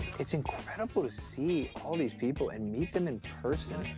it's incredible to see all these people and meet them in person.